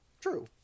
true